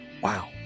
Wow